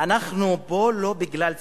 אנחנו פה לא בגלל צדקתנו,